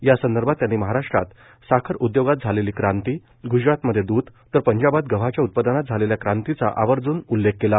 यासंदर्भात त्यांनी महाराष्ट्रात साखर उद्योगात झालेली क्रांती ग्जरातमधे दूध तर पंजाबात गव्हाच्या उत्पादनात झालेल्या क्रांतीचा आवर्ज्न उल्लेख केला